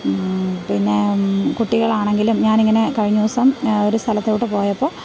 പിന്നെ കുട്ടികളാണെങ്കിലും ഞാൻ ഇങ്ങനെ കഴിഞ്ഞ ദിവസം ഒരു സ്ഥലത്തോട്ട് പോയപ്പോൾ